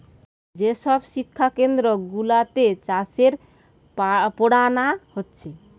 যে সব শিক্ষা কেন্দ্র গুলাতে চাষের পোড়ানা হচ্ছে